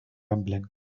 rumbling